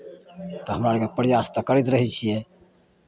तऽ हमरा आरके प्रयास तऽ करैत रहै छियै